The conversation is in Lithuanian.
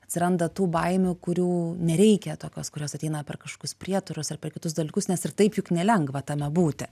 atsiranda tų baimių kurių nereikia tokios kurios ateina per kažkokius prietarus ar per kitus dalykus nes ir taip juk nelengva tame būti